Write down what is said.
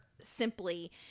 simply